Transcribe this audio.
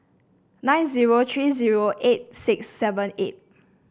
nine zero three zero eight six seven eight